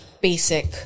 basic